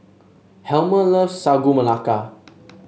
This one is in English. Helmer loves Sagu Melaka